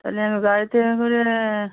তাহলে আমি গাড়িতে করে